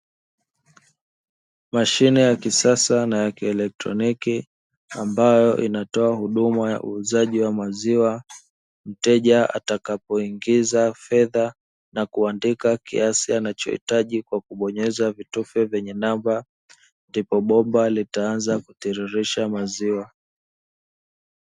Mashine ya kisasa na ya kielektroniki ambayo inatoa huduma ya uuzaji wa maziwa, mteja atakapoingiza fedha na kuandika kiasi anachohitaji kwa kubonyeza vitufe vyenye namba, ndipo bomba litaanza kutiririsha maziwa.